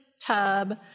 tub